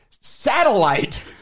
satellite